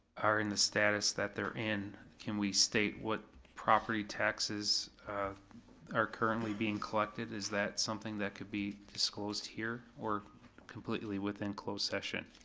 are in the status that they're in. can we state what property taxes are currently being collected, is that something that could be disclosed here, or completely within closed session?